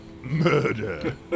murder